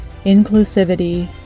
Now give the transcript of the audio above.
inclusivity